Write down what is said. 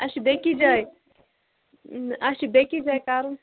اَسہِ چھُ بیٚیِس جاے اَسہِ چھُ بیٚیِس جاے کرُن